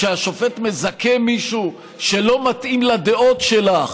כשהשופט מזכה מישהו שלא מתאים לדעות שלך,